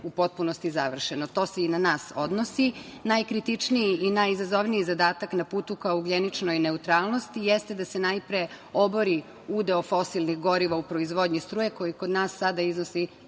u potpunosti završeno. To se i na nas odnosi. Najkritičniji i najizazovniji zadatak na putu ka ugljeničnoj neutralnosti jeste da se najpre obori udeo fosilnih goriva u proizvodnji struje koji kod nas sada iznosi